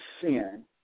sin